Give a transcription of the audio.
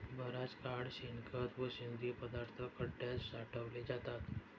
बराच काळ शेणखत व सेंद्रिय पदार्थ खड्यात साठवले जातात